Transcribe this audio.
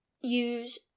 use